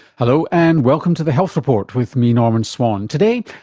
hello and welcome to the health report with me, norman swan. today,